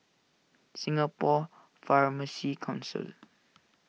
Singapore Pharmacy Council